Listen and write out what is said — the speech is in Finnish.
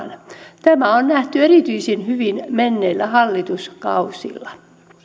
ja byrokratiaan tämä on nähty erityisen hyvin menneillä hallituskausilla